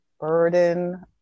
burden